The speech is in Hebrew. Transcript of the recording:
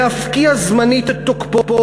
להפקיע זמנית את תוקפו.